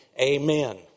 Amen